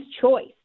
choice